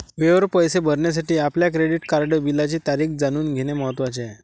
वेळेवर पैसे भरण्यासाठी आपल्या क्रेडिट कार्ड बिलाची तारीख जाणून घेणे महत्वाचे आहे